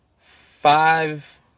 five